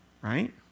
Right